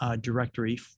directory